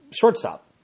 shortstop